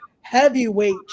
heavyweight